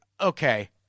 okay